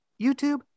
YouTube